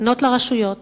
לפנות לרשויות